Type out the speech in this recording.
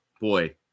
boy